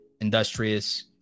industrious